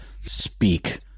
speak